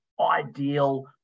ideal